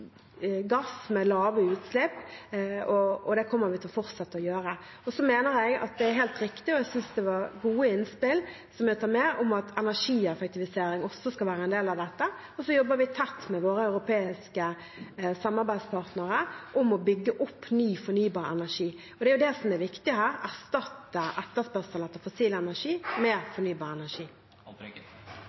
gass med lave utslipp – og det kommer vi til å fortsette å gjøre. Og jeg mener at det er helt riktig – og jeg synes det var gode innspill som jeg tar med meg –at energieffektivisering også skal være en del av dette, og vi jobber tett med våre europeiske samarbeidspartnere om å bygge opp ny fornybar energi. Det er jo det som er viktig her, å erstatte etterspørselen etter fossil energi med fornybar energi.